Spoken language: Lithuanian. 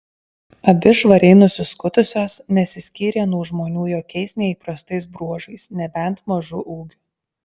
abi švariai nusiskutusios nesiskyrė nuo žmonių jokiais neįprastais bruožais nebent mažu ūgiu